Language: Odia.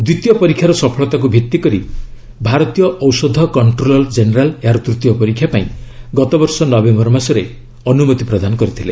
ଦ୍ୱିତୀୟ ପରୀକ୍ଷାର ସଫଳତାକୁ ଭିଭିକରି ଭାରତୀୟ ଔଷଧ କଷ୍ଟୋଲୋର ଜେନେରାଲ୍ ଏହାର ତୃତୀୟ ପରୀକ୍ଷା ପାଇଁ ଗତବର୍ଷ ନଭେମ୍ବର ମାସରେ ଅନୁମତି ପ୍ରଦାନ କରିଥିଲେ